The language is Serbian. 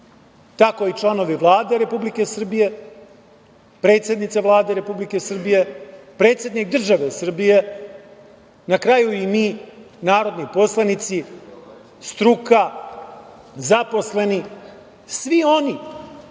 tako i članovi Vlade Republike Srbije, predsednica Vlade Republike Srbije, predsednik države Srbije, na kraju i mi narodni poslanici, struka, zaposleni, svi oni